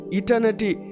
eternity